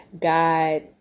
God